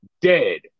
dead